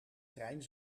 trein